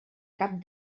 cap